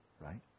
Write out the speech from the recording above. right